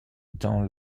dans